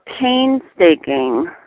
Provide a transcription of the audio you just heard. painstaking